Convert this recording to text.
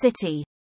city